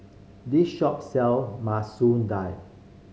this shop sell Masoon Dal